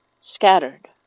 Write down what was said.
scattered